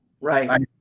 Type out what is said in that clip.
Right